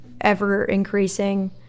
ever-increasing